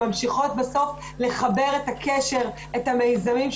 ממשיכות בסוף לחבר את הקשר ואת המיזמים,